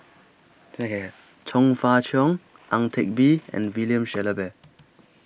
Chong Fah Cheong Ang Teck Bee and William Shellabear